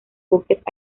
buques